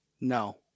No